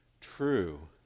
true